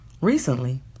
Recently